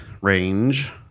range